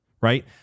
right